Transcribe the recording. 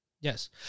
yes